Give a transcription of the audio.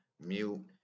mute